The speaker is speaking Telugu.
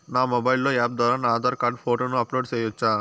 నా మొబైల్ యాప్ ద్వారా నా ఆధార్ కార్డు ఫోటోను అప్లోడ్ సేయొచ్చా?